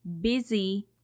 Busy